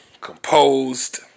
composed